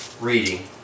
reading